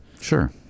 sure